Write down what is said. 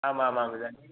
आमामाम् इदानीम्